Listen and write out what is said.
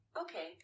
Okay